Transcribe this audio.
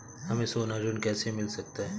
हमें सोना ऋण कैसे मिल सकता है?